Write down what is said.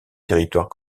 territoire